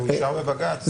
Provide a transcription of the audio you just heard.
זה אושר בבג"ץ.